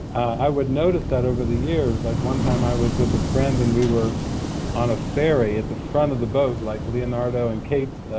i would notice that over the years, like one time i was with a friend and we were on a ferry at the front of the boat, like leonardo and kate,